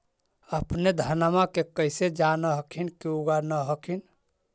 अपने धनमा के कैसे जान हखिन की उगा न हखिन?